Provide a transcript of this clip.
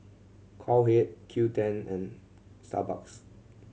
Cowhead Qoo Ten and Starbucks